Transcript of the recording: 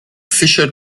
fischer